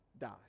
die